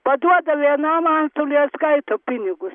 paduoda vienam antstoliui atskaito pinigus